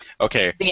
Okay